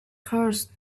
curse